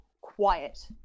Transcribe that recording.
quiet